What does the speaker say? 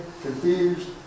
confused